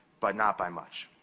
but not by much.